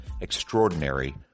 extraordinary